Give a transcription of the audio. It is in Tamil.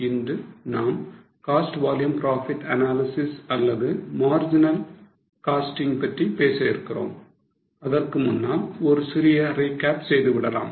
இன்று நாம் cost volume profit analysis அல்லது Marginal Costing பற்றி பேச இருக்கிறோம் அதற்கு முன்னால் ஒரு சிறிய recap செய்துவிடலாம்